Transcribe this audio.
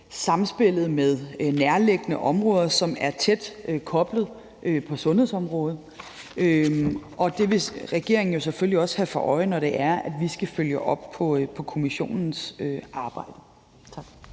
samspillet med nærliggende områder, som er tæt knyttet til sundhedsområdet, og det vil regeringen jo selvfølgelig også have for øje, vi skal følge op på kommissionens arbejde.